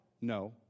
No